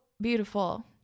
beautiful